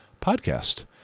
PODCAST